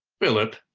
philip,